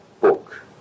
book